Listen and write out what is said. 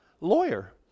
lawyer